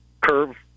curve